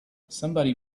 somebody